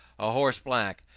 a horse black,